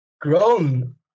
grown